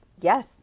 Yes